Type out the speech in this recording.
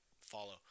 Follow